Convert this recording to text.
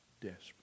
desperate